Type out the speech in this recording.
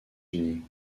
unis